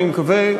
אני מקווה,